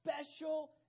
special